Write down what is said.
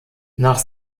nach